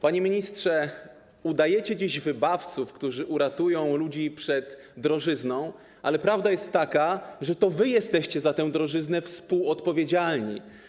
Panie ministrze, udajecie dzisiaj wybawców, którzy ratują ludzi przed drożyzną, ale prawda jest taka, że to wy jesteście za tę drożyznę współodpowiedzialni.